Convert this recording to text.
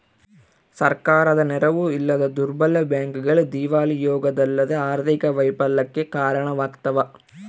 ಸರ್ಕಾರದ ನೆರವು ಇಲ್ಲದ ದುರ್ಬಲ ಬ್ಯಾಂಕ್ಗಳು ದಿವಾಳಿಯಾಗೋದಲ್ಲದೆ ಆರ್ಥಿಕ ವೈಫಲ್ಯಕ್ಕೆ ಕಾರಣವಾಗ್ತವ